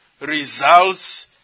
results